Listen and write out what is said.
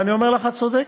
ואני אומר לך: את צודקת.